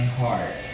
heart